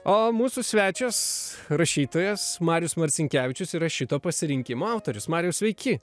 o mūsų svečias rašytojas marius marcinkevičius yra šito pasirinkimo autorius mariau sveiki